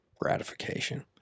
gratification